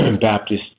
Baptist